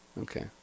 Okay